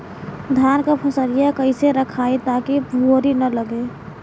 धान क फसलिया कईसे रखाई ताकि भुवरी न लगे?